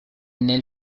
nel